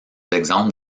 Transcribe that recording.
exemples